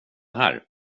här